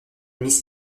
miss